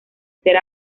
ser